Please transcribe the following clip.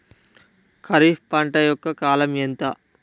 ఖరీఫ్ పంట యొక్క కాలం ఎంత?